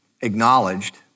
acknowledged